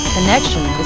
Connection